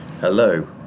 Hello